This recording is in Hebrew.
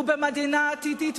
הוא במדינה עתידית,